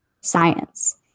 science